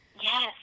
Yes